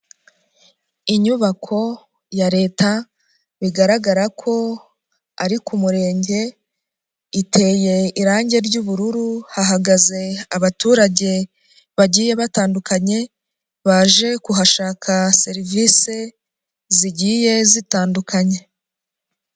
Inyubako ya leta bigaragara ko ari ku murenge, iteye irangi ry'ubururu hahagaze abaturage bagiye batandukanye, baje kuhashaka serivisi zigiye zitandukanye.